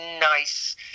nice